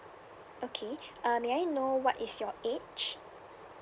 okay uh may I know what is your age